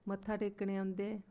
मत्था टेकने औंदे